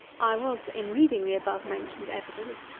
i was, in reading the above-mentioned evidence,